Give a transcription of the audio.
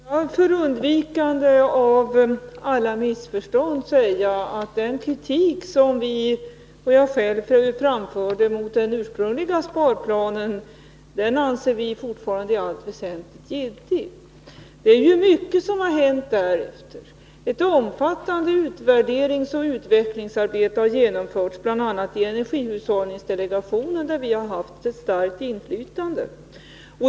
Herr talman! Får jag för undvikande av alla missförstånd säga att den kritik som vi socialdemokrater och jag själv framfört mot den ursprungliga sparplanen fortfarande i allt väsentligt är giltig. Det är mycket som har hänt därefter. Ett omfattande utvärderingsoch utvecklingsarbete har genomförts, bl.a. i energihushållningsdelegationen, där vi haft ett starkt inflytande.